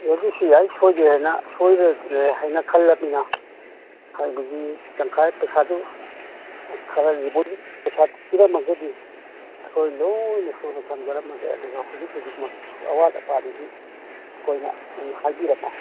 ꯃꯗꯨꯁꯨ ꯌꯥꯏ ꯁꯣꯏꯗ꯭ꯔꯦꯑꯅ ꯁꯣꯔꯔꯣꯏ ꯍꯥꯏꯅ ꯈꯜꯂꯝꯅꯤꯅ ꯍꯥꯏꯕꯗꯤ ꯇꯪꯈꯥꯏ ꯄꯩꯁꯥꯗꯨ ꯈꯔ ꯗꯤꯄꯣꯖꯤꯠ ꯄꯩꯁꯥ ꯄꯤꯔꯝꯃꯒꯗꯤ ꯑꯩꯈꯣꯏ ꯂꯣꯏꯅ ꯁꯨꯅ ꯊꯝꯖꯔꯝꯃꯒꯦ ꯑꯗꯨꯒ ꯍꯧꯖꯤꯛ ꯍꯧꯖꯤꯛꯃꯛꯁꯨ ꯑꯋꯥꯠ ꯑꯄꯥꯗꯨꯗꯤ ꯑꯩꯈꯣꯏꯅ ꯎꯝ ꯍꯥꯏꯕꯤꯔꯝꯃꯣ